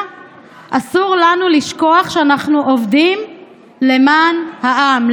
אסור לנו לשכוח שאנחנו עובדים למען העם,